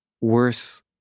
worse